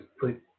put